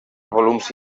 volums